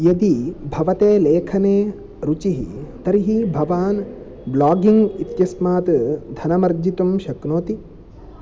यदि भवते लेखने रुचिः तर्हि भवान् ब्लागिङ्ग् इत्यस्मात् धनमर्जितुं शक्नोति